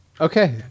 okay